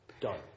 Done